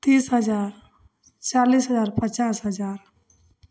तीस हजार चालीस हजार पचास हजार